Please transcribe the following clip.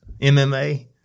MMA